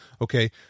Okay